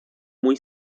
muy